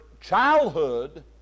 childhood